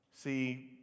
See